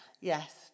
yes